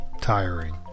Tiring